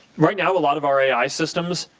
right now a lot of our ai systems